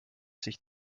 sich